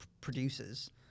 producers